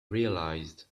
realized